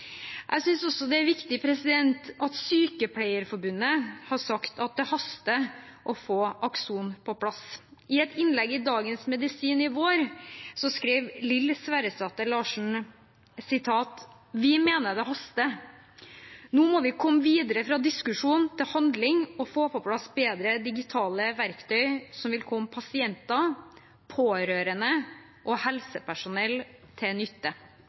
Jeg synes også det er viktig at Sykepleierforbundet har sagt at det haster med å få Akson på plass. I et innlegg i Dagens Medisin i vår skrev Lill Sverresdatter Larsen: «Vi mener at det haster. Nå må vi komme videre fra diskusjon til handling og få på plass bedre digitale verktøy som vil komme pasienter, pårørende og helsepersonell til nytte.»